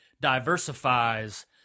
diversifies